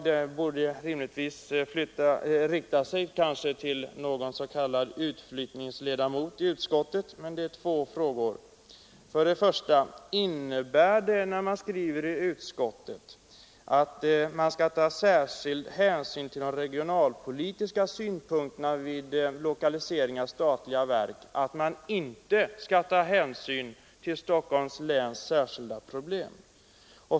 De bör rimligtvis riktas till någon av ”utflyttningsledamöterna” i utskottet. För det första: Innebär utskottets uttalande om att man skall ta särskild hänsyn till de regionalpolitiska synpunkterna vid lokalisering av statliga verk att man inte skall ta hänsyn till Stockholms läns särskilda problem?